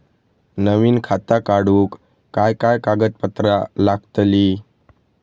नवीन खाता काढूक काय काय कागदपत्रा लागतली?